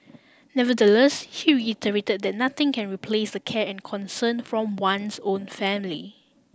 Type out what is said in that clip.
nevertheless he reiterate that nothing can replace the care and concern from one's own family